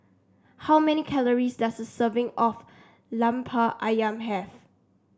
how many calories does a serving of Lemper ayam have